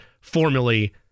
formally